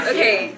Okay